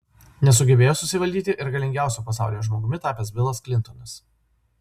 nesugebėjo susivaldyti ir galingiausiu pasaulyje žmogumi tapęs bilas klintonas